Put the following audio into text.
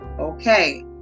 Okay